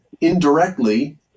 indirectly